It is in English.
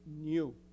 new